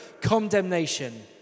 condemnation